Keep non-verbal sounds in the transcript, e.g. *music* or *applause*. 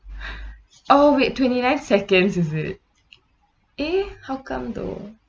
*breath* oh wait twenty nine seconds is it eh how come though